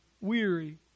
weary